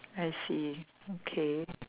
I see okay